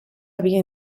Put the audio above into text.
havia